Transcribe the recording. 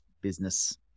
business